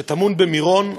שטמון במירון,